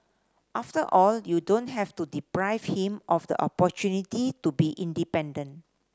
after all you don't have to deprive him of the opportunity to be independent